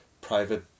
private